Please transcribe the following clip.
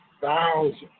thousands